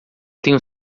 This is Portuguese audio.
tenho